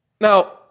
now